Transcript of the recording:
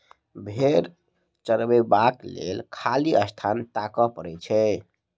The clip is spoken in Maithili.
भेंड़ चरयबाक लेल खाली स्थान ताकय पड़ैत छै